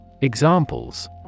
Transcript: Examples